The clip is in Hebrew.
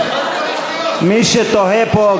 מי שתוהה פה,